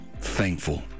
thankful